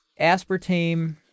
aspartame